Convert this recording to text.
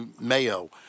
Mayo